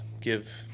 give